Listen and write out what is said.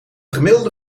gemiddelde